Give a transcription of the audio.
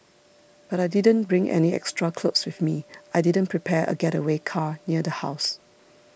but I didn't bring any extra clothes with me I didn't prepare a getaway car near the house